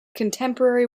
contemporary